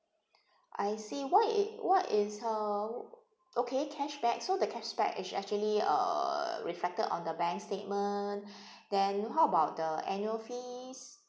I see what i~ what is uh okay cashback so the cashback is actually uh reflected on the bank statement then how about the annual fees